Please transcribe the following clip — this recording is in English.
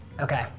Okay